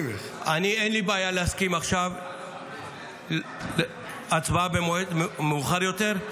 בעיה להסכים עכשיו הצבעה במועד מאוחר יותר?